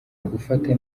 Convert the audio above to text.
ugufata